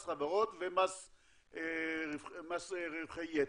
מס חברות ומס רווחי יתר.